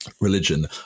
religion